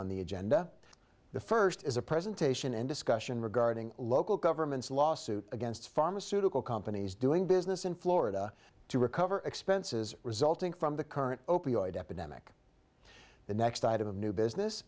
on the agenda the first is a presentation and discussion regarding local governments lawsuit against pharmaceutical companies doing business in florida to recover expenses resulting from the current opioid epidemic the next item of new business